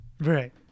right